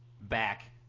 back